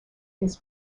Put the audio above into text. his